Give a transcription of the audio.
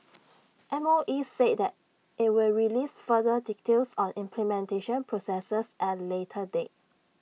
M O E said IT will release further details on implementation processes at A later date